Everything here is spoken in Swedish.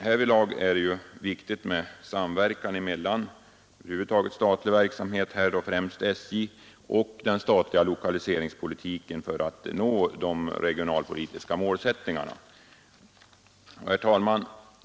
Härvidlag är det ju viktigt med samverkan mellan alla slag av statlig verksamhet, främst SJ:s, och den statliga lokaliseringspolitiken för att tillgodose de regionalpolitiska målsättningarna. Herr talman!